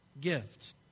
gift